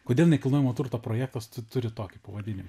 kodėl nekilnojamo turto projektas turi tokį pavadinimą